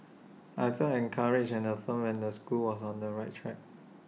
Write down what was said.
I felt encouraged and affirmed and the school was on the right track